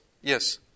yes